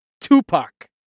tupac